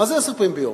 מה זה עשר פעמים ביום?